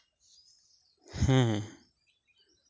ᱦᱮᱸ